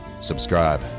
subscribe